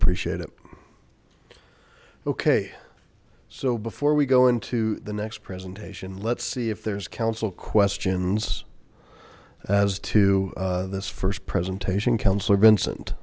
appreciate it okay so before we go into the next presentation let's see if there's counsel questions as to this first presentation councillor vincent